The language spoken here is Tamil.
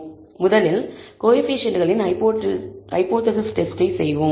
எனவே முதலில் கோஎஃபீஷியேன்ட்களில் ஹைபோதேசிஸ் டெஸ்ட்டை செய்வோம்